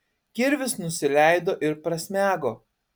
kirvis nusileido ir prasmego